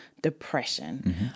depression